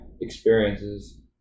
experiences